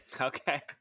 Okay